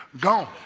gone